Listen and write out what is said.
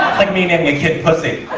like me naming a kid pussy.